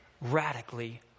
radically